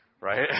right